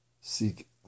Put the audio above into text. seek